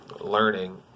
learning